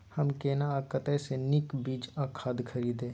हम केना आ कतय स नीक बीज आ खाद खरीदे?